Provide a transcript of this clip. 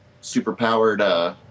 super-powered